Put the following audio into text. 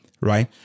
right